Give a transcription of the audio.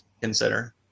consider